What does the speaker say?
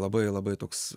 labai labai toks